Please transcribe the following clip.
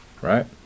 Right